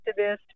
activist